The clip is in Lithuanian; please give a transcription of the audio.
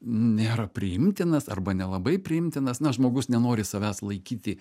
nėra priimtinas arba nelabai priimtinas na žmogus nenori savęs laikyti